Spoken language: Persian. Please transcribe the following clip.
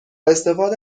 استفاده